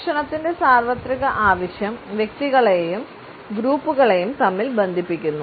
ഭക്ഷണത്തിന്റെ സാർവത്രിക ആവശ്യം വ്യക്തികളെയും ഗ്രൂപ്പുകളെയും തമ്മിൽ ബന്ധിപ്പിക്കുന്നു